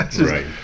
Right